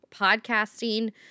podcasting